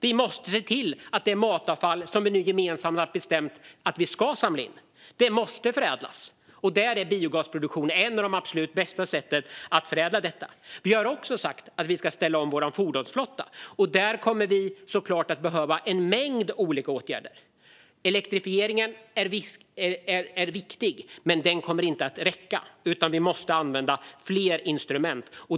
Vi måste se till att det matavfall som vi gemensamt har bestämt ska samlas in förädlas. Där är biogasproduktionen ett av de absolut bästa sätten att göra denna förädling. Vi har också sagt att vi ska ställa om vår fordonsflotta. Där kommer vi såklart att behöva en mängd olika åtgärder. Elektrifieringen är viktig, men den kommer inte att räcka, utan vi måste använda fler instrument.